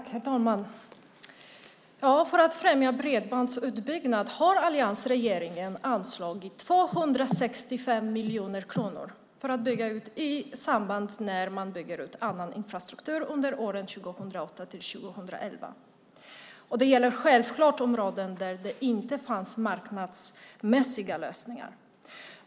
Herr talman! För att främja bredbandsutbyggnaden har alliansregeringen anslagit 265 miljoner kronor i samband med utbyggnaden av annan infrastruktur åren 2008-2011. Det gäller självklart områden där det inte funnits marknadsmässiga lösningar.